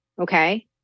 Okay